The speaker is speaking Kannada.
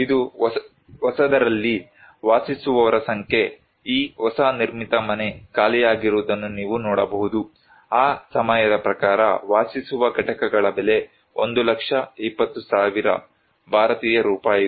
ಇದು ಹೊಸದರಲ್ಲಿ ವಾಸಿಸುವವರ ಸಂಖ್ಯೆ ಈ ಹೊಸ ನಿರ್ಮಿತ ಮನೆ ಖಾಲಿಯಾಗಿರುವುದನ್ನು ನೀವು ನೋಡಬಹುದು ಆ ಸಮಯದ ಪ್ರಕಾರ ವಾಸಿಸುವ ಘಟಕಗಳ ಬೆಲೆ 1 ಲಕ್ಷ 20000 ಭಾರತೀಯ ರೂಪಾಯಿಗಳು